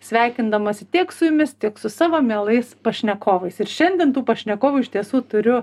sveikindamasi tiek su jumis tik su savo mielais pašnekovais ir šiandien tų pašnekovų iš tiesų turiu